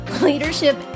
leadership